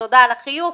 תודה על החיוך